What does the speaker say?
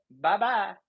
Bye-bye